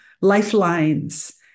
lifelines